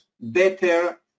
better